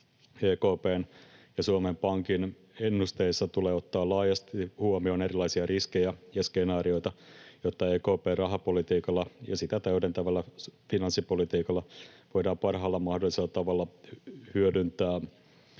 EKP:n ja Suomen Pankin ennusteissa tulee ottaa laajasti huomioon erilaisia riskejä ja skenaarioita, jotta EKP:n rahapolitiikalla ja sitä täydentävällä finanssipolitiikalla voidaan parhaalla mahdollisella tavalla hyödyntää